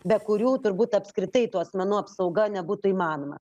be kurių turbūt apskritai tų asmenų apsauga nebūtų įmanoma